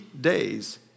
days